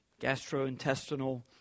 gastrointestinal